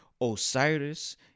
Osiris